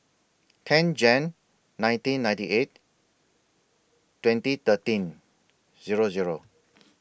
ten Jan nineteen ninety eight twenty thirteen Zero Zero